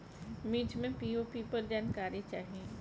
मिर्च मे पी.ओ.पी पर जानकारी चाही?